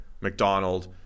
mcdonald